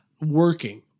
working